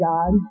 God